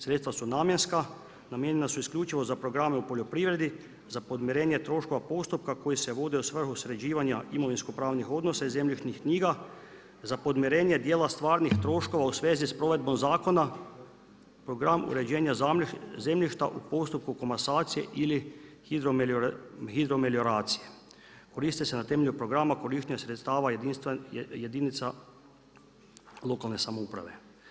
Sredstva su namjenska, namijenjena su isključivo za programe u poljoprivredi, za podmirenje troškova postupka koji se vodi u svrhu sređivanja imovinsko pravnih odnosa i zemljišnih knjiga za podmirenje dijela stvarnih troškova u svezi sa provedbom zakona, program uređenja zemljišta u postupku komasacije ili hidromelioracije, koriste se na temelju programa korištenja sredstava jedinica lokalne samouprave.